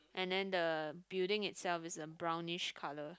and then the building itself is a brownish colour